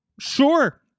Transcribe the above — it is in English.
sure